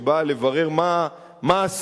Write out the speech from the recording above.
שבאה לברר מה הסוד,